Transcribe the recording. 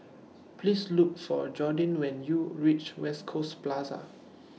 Please Look For Jordin when YOU REACH West Coast Plaza